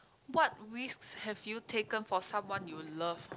what risks have you taken for someone you love